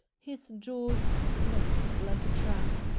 his jaws snapped like a trap.